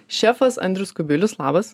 šefas andrius kubilius labas